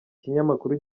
kinyamakuru